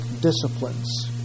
disciplines